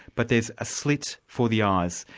but there's a slit for the eyes.